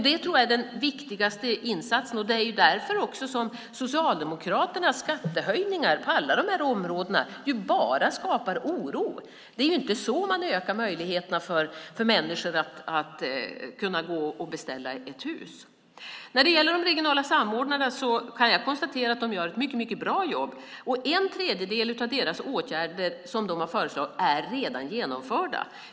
Det tror jag är den viktigaste insatsen. Det är också därför som Socialdemokraternas skattehöjningar på alla de här områdena bara skapar oro. Det är inte så man ökar möjligheterna för människor att beställa ett hus. När det gäller de regionala samordnarna kan jag konstatera att de gör ett mycket bra jobb. En tredjedel av de åtgärder som de har föreslagit är redan genomförda.